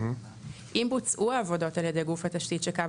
אם בוצעו העבודות על ידי גוף התשתית שקו